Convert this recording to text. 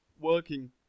working